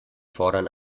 fordern